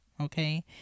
okay